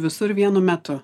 visur vienu metu